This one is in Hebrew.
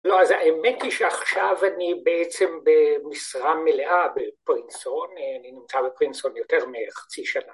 לא, אז האמת היא שעכשיו אני בעצם במשרה מלאה בפוינסון, אני נמצא בפוינסון יותר מחצי שנה.